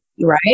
right